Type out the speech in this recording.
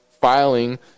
filing